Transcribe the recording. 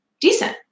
decent